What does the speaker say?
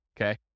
okay